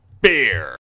Beer